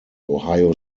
ohio